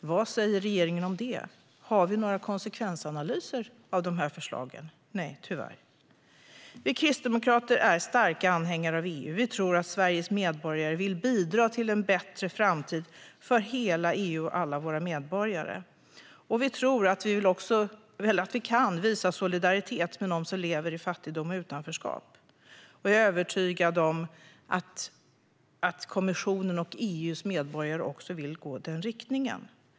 Vad säger regeringen om det? Har vi några konsekvensanalyser av dessa förslag? Nej, tyvärr. Vi kristdemokrater är starka anhängare av EU. Vi tror att Sveriges medborgare vill bidra till en bättre framtid för hela EU och alla dess medborgare. Vi tror också att vi kan visa solidaritet med dem som lever i fattigdom och utanförskap, och jag är övertygad om att såväl kommissionen som EU:s medborgare också vill gå i den riktningen.